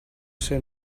ser